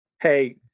Hey